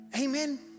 Amen